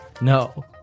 No